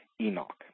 Enoch